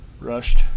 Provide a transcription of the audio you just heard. Rushed